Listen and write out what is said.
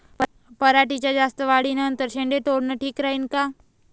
पराटीच्या जास्त वाढी नंतर शेंडे तोडनं ठीक राहीन का?